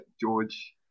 George